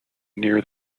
near